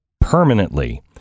permanently